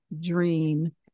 dream